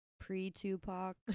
Pre-Tupac